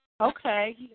Okay